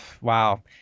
Wow